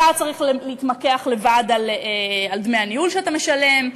אתה צריך להתמקח לבד על דמי הניהול שאתה משלם.